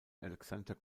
alexander